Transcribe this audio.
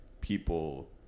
people